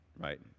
right